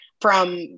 from-